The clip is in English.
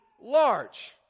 large